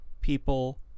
people